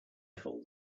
fault